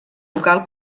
local